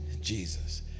Jesus